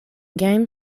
game